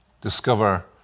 discover